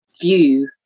view